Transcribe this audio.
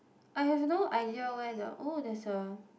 I have no idea where the oh there's a